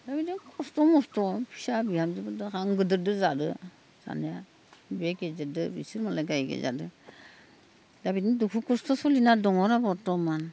दा बिदिनो खस्थ' मस्थ' फिसा बिहामजोफोरजों आं गिदिरजों जादों जानाया बे गेदेरदों बिसोर मालाय गायै गायै जादों दा बिदिनो दुखु खस्थ' सोलिना दङरा दा बर्थमान